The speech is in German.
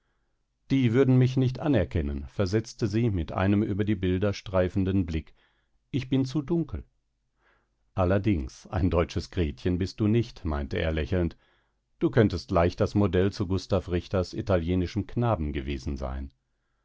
die würden mich nicht anerkennen versetzte sie mit einem über die bilder streifenden blick ich bin zu dunkel allerdings ein deutsches gretchen bist du nicht meinte er lächelnd du könntest leicht das modell zu gustav richters italienischem knaben gewesen sein